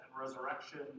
resurrection